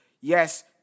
yes